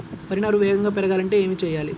వరి నారు వేగంగా పెరగాలంటే ఏమి చెయ్యాలి?